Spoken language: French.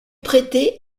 prêté